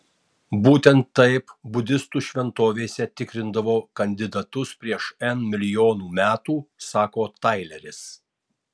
būtent taip budistų šventovėse tikrindavo kandidatus prieš n milijonų metų sako taileris